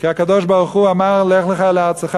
כי הקדוש-ברוך-הוא אמר: "לך לך מארצך